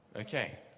Okay